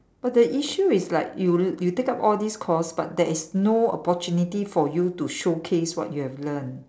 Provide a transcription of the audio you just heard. but the issue is like you you take up all these course but there is no opportunity for you to showcase what you have learnt